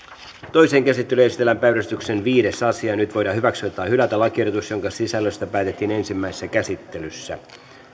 toiseen käsittelyyn esitellään päiväjärjestyksen viides asia nyt voidaan hyväksyä tai hylätä lakiehdotus jonka sisällöstä päätettiin ensimmäisessä käsittelyssä